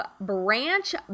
Branch